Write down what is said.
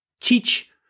teach